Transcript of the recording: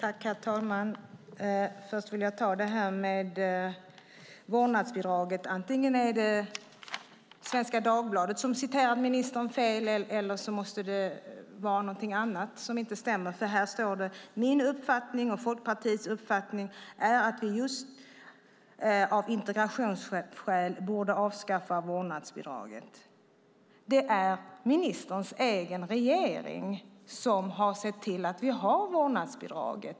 Herr talman! Först vill jag ta upp detta med vårdnadsbidraget. Antingen är det Svenska Dagbladet som citerar ministern fel eller också är det någonting annat som inte stämmer. Här står det: Min uppfattning och Folkpartiets uppfattning är att vi just av integrationsskäl borde avskaffa vårdnadsbidraget. Det är ministerns egen regering som har sett till att vi har vårdnadsbidraget.